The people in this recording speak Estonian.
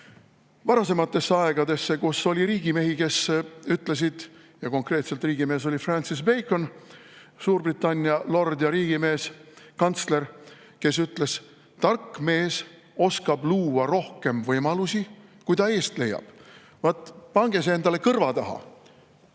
varasematesse aegadesse, kus oli riigimehi, konkreetselt Francis Bacon, Suurbritannia lord ja riigimees, kantsler, kes ütles, et tark mees oskab luua rohkem võimalusi, kui ta eest leiab. Pange see endale kõrva taha!